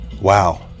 Wow